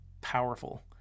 powerful